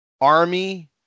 Army